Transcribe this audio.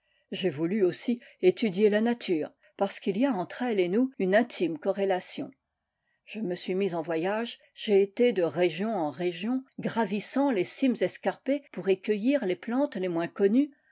j'ai voulu aussi étudier la nature parce qu'il y a entre elle et nous une intime corrélation je me suis mis en voyage j'ai été de région en région gravissant les cimes escarpées pour y cueillir les plantes les moins connues